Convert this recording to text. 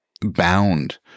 bound